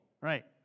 right